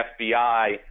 FBI